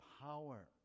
power